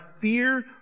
fear